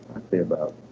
say about.